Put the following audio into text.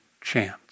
chance